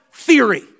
Theory